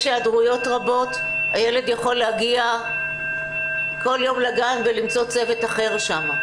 היעדרויות רבות הילד יכול להגיע כל יום לגן ולמצוא צוות אחר שם.